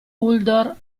uldor